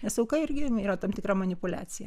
nes auka ir gyvenime yra tam tikra manipuliacija